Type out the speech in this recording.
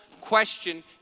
question